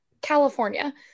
California